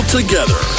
together